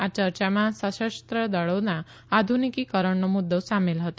આ યર્યામાં સશસ્ત્ર દળોના આધુનિકીકરણનો મુદ્દો સામેલ હતો